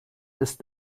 ist